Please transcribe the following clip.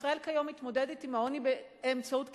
ישראל כיום מתמודדת עם העוני באמצעות קצבאות.